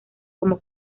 como